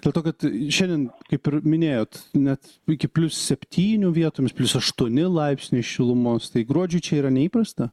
dėl to kad šiandien kaip ir minėjot net iki plius septynių vietomis plius aštuoni laipsniai šilumos tai gruodžiui čia yra neįprasta